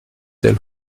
elle